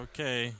Okay